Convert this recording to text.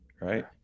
right